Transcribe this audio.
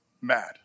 mad